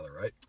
right